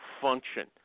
function